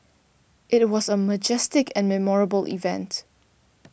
it was a majestic and memorable event